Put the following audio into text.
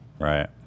Right